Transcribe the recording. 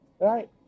right